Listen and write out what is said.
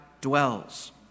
dwells